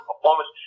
performance